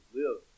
live